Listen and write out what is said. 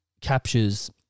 captures